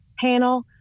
panel